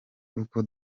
uko